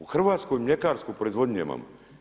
U Hrvatskoj mljekarsku proizvodnju nemamo.